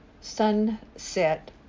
sunset